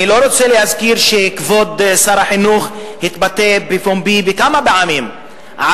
אני לא רוצה להזכיר שכבוד שר החינוך התבטא בפומבי כמה פעמים על